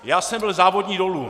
Já jsem byl závodní dolů.